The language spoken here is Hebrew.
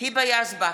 היבה יזבק,